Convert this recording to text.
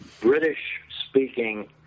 British-speaking